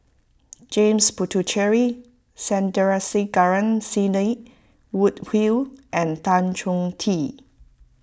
James Puthucheary Sandrasegaran Sidney Woodhull and Tan Choh Tee